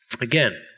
Again